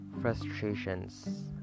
Frustrations